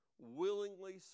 willingly